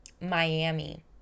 Miami